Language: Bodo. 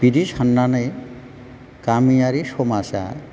बिदि साननानै गामियारि समाजआ